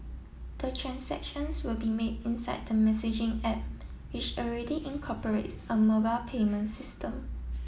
the transactions will be made inside the messaging app which already incorporates a mobile payment system